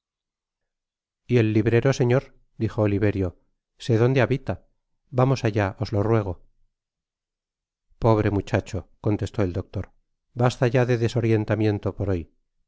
y el librero señor dijo oliverio sé donde habita vamos allá os lo ruego pobre muchacho contestó el doctor basta ya de desorientamiento por hoy si